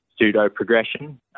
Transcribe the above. pseudo-progression